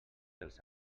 dels